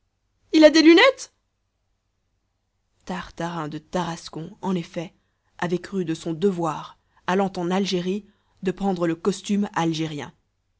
il a des lunettes tartarin de tarascon en effet avait cru de son devoir allant en algérie de prendre le costume algérien